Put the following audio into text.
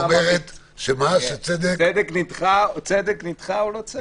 היא אומרת שצדק נדחה הוא לא צדק.